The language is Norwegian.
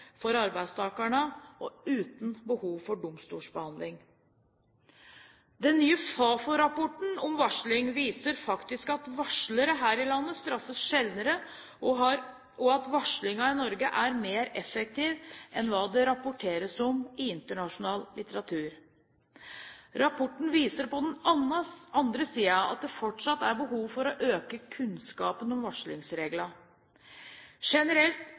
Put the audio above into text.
for arbeidstakerne, og uten behov for domstolsbehandling. Den nye Fafo-rapporten om varsling viser faktisk at varslere her i landet straffes sjeldnere, og at varslingen i Norge er mer effektiv enn hva det rapporteres om i internasjonal litteratur. Rapporten viser på den annen side at det fortsatt er behov for å øke kunnskapen om varslingsreglene. Generelt